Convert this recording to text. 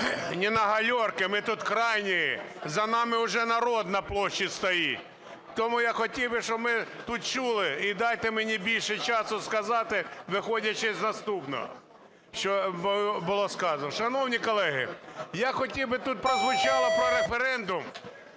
не на галерке, мы тут крайние. За нами уже народ на площі стоїть. Тому я хотів би, щоб ми тут чули. І дайте мені більше часу сказати, виходячи з наступного, що було сказано. Шановні колеги, я хотів би, тут прозвучало про референдум.